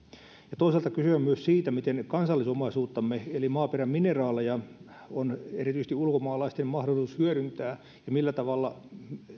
ja toisaalta kyse on myös siitä miten kansallisomaisuuttamme eli maaperän mineraaleja on erityisesti ulkomaalaisten mahdollisuus hyödyntää ja millä tavalla